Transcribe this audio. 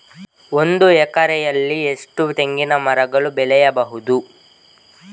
ಒಂದು ಎಕರೆಯಲ್ಲಿ ಎಷ್ಟು ತೆಂಗಿನಮರಗಳು ಬೆಳೆಯಬಹುದು?